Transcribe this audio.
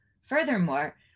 Furthermore